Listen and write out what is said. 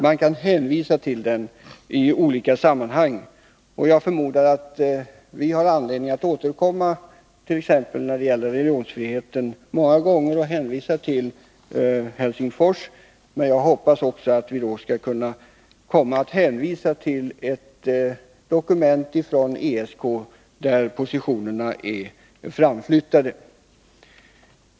Man kan hänvisa till det i olika sammanhang. Jag förmodar att vi har anledning att många gånger återkomma när det gäller religionsfriheten och hänvisa till vad som sades i Helsingfors. Men jag hoppas att vi då skall kunna hänvisa till ett dokument från ESK i Madrid där positionerna är framflyttade.